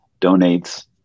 donates